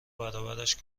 برابرش